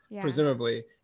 presumably